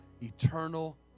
eternal